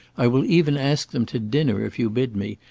i will even ask them to dinner if you bid me,